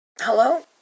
Hello